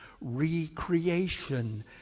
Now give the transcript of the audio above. recreation